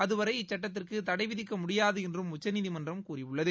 அதுவரை இச்சட்டத்திற்கு தடை விதிக்க முடியாது என்றும் உச்சநீதிமன்றம் கூறியுள்ளது